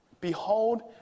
Behold